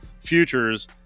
futures